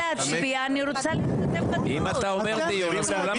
אין דיון.